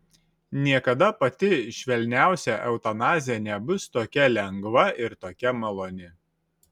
niekada pati švelniausia eutanazija nebus tokia lengva ir tokia maloni